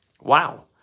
Wow